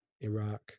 Iraq